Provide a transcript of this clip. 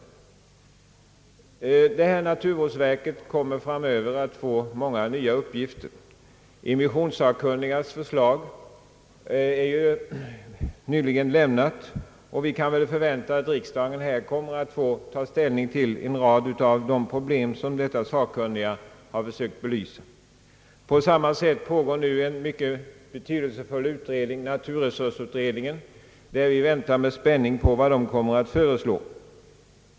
Naturvårdsverket kommer framöver att få många nya uppgifter. Immissionssakkunnigas förslag har ju nyligen lämnats, och vi kan förvänta att riksdagen kommer att få ta ställning till en rad av de problem som dessa sakkunniga sökt belysa. Vidare pågår ju en mycket betydelsefull utredning, naturresursutredningen, och vi väntar med spänning på vad denna kommer att föreslå.